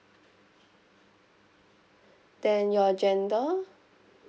then your gender